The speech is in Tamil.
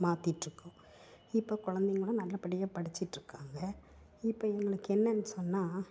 மாற்றிட்ருக்கோம் இப்போ குழந்தைங்களும் நல்லபடியாக படிச்சிட்டுருக்காங்க இப்போ இவங்களுக்கு என்னென்னு சொன்னா